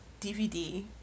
DVD